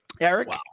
Eric